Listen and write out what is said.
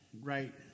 right